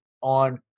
on